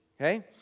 Okay